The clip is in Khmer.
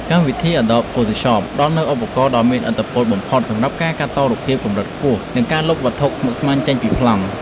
កម្មវិធី អាដបប៊ី ផូថូសប ផ្ដល់នូវឧបករណ៍ដ៏មានឥទ្ធិពលបំផុតសម្រាប់ការកាត់តរូបភាពកម្រិតខ្ពស់ និងការលុបវត្ថុស្មុគស្មាញចេញពីប្លង់។